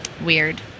Weird